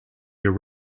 your